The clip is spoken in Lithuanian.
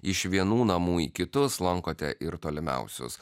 iš vienų namų į kitus lankote ir tolimiausius